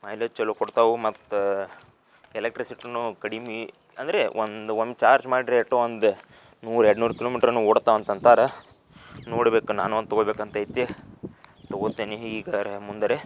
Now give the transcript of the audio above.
mileage ಚಲೋ ಕೊಡ್ತವೆ ಮತ್ತು ಎಲೆಕ್ಟ್ರಿಸಿಟಿಯೂ ಕಡಿಮೆ ಅಂದರೆ ಒಂದು ಒಂದು ಚಾರ್ಜ್ ಮಾಡ್ದ್ರೆ ಎಂಟೊಂದು ನೂರು ಎರಡು ನೂರು ಕಿಲೋಮೀಟರ್ ಏನೋ ಓಡ್ತಾವೆ ಅಂತ ಅಂತಾರೆ ನೋಡ್ಬೇಕು ನಾನು ಒಂದು ತಗೊಳ್ಬೇಕಂತ ಇದ್ದೇ ತಗೊಳ್ತೀನಿ ಈಗಾದ್ರೆ ಮುಂದಾರೆ